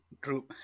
true